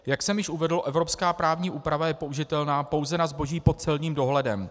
Jak jsem již uvedl, evropská právní úprava je použitelná pouze na zboží pod celním dohledem.